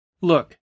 Look